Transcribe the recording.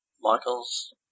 Michael's